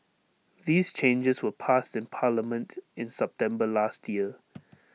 these changes were passed in parliament in September last year